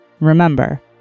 remember